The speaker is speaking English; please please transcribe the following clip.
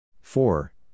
four